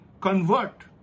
convert